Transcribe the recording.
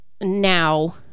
now